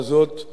דורשת פתרון.